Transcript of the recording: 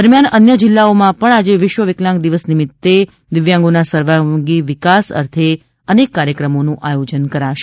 દરમ્યાન અન્ય જિલ્લાઓમાં પણ વિશ્વ વિકલાંગ દિવસ નિમિત્ત દિવ્યાંગોના સર્વાંગી વિકાસ અર્થે કાર્યક્રમોનું આયોજન કરાશે